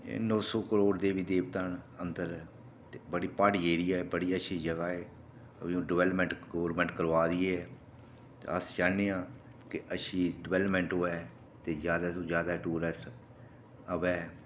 ते एह् नौ सौ करोड़ देवी देवता न अंदर ते बड़ी प्हाड़ी एरिया ऐ बड़ी अच्छी जगह ऐ ते हून डवैलपमैंट गौरमेंट करा दी ऐ ते अस चाह्नें आं कि अच्छी डवैलपमैंट होऐ ते जादै तू जादै टुरिस्ट आवै